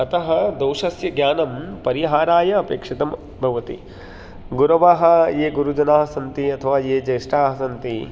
अतः दोषस्य ज्ञानं परिहाराय अपेक्षितं भवति गुरवः ये गुरुजनाः सन्ति अथवा ये ज्येष्ठाः सन्ति